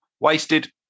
Wasted